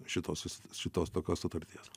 šitos šitos tokios sutarties